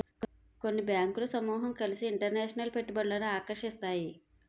కొన్ని బ్యాంకులు సమూహం కలిసి ఇంటర్నేషనల్ పెట్టుబడులను ఆకర్షిస్తాయి